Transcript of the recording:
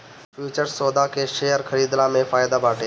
futures सौदा के share खरीदला में फायदा बाटे